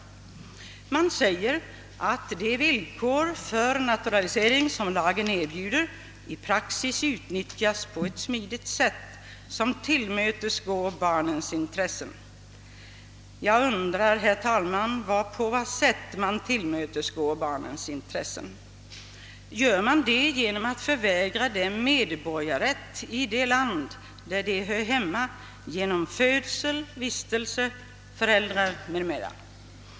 Utskottet uttalar att de möjligheter till naturalisering som lagen erbjuder i praktiken utnyttjas på ett smidigt sätt, som tillmötesgår barnens intressen. Jag undrar, herr talman, på vad sätt man härvidlag tillmötesgår barnens intressen. Gör man det genom att förvägra dem medborgarrätt i det land de hör hemma genom födsel, vistelse, föräldrar m.m.?